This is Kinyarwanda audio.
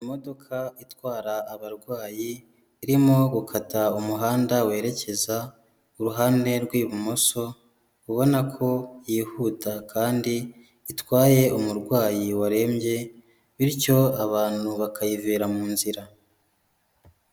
Imodoka itwara abarwayi irimo gukata umuhanda werekeza i ruhande rw'ibumoso, ubona ko yihuta kandi itwaye umurwayi warembye bityo abantu bakayivira mu nzira.